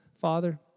Father